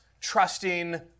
trusting